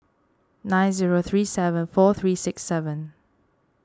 nine zero three seven four three six seven